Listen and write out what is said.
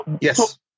Yes